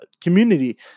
Community